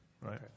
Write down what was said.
right